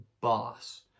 boss